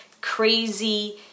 crazy